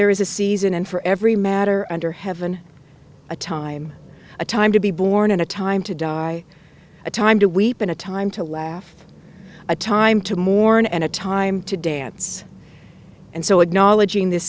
there is a season and for every matter under heaven a time a time to be born in a time to die a time to weep in a time to laugh a time to mourn and a time to dance and so of knowledge in this